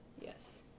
Yes